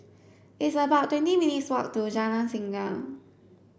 it's about twenty minutes walk to Jalan Singa